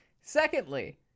Secondly